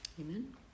amen